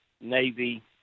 Navy